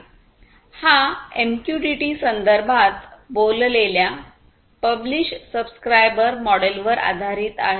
हा एमक्यूटीटी संदर्भात बोललेल्या पब्लिष सबस्क्रायबर मॉडेलवर आधारित आहे